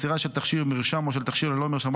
מסירה של תכשיר מרשים או של תכשיר ללא מרשם,